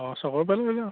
অ সবৰ পৰা ল'লে হ'ল